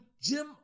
Jim